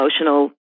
emotional